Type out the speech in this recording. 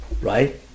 Right